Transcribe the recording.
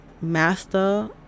master